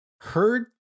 heard